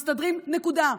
מסתדרים, נקודה.